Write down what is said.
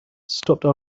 stopped